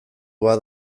bat